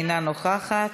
אינה נוכחת,